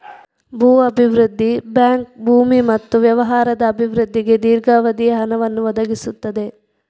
ಭೂ ಅಭಿವೃದ್ಧಿ ಬ್ಯಾಂಕ್ ಭೂಮಿ ಮತ್ತು ವ್ಯವಹಾರದ ಅಭಿವೃದ್ಧಿಗೆ ದೀರ್ಘಾವಧಿಯ ಹಣವನ್ನು ಒದಗಿಸುತ್ತದೆ